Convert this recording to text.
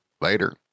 Later